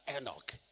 Enoch